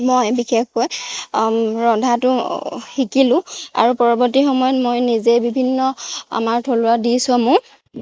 মই বিশেষকৈ ৰন্ধাটো শিকিলোঁ আৰু পৰৱৰ্তী সময়ত মই নিজেই বিভিন্ন আমাৰ থলুৱা ডিচসমূহ